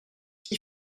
qui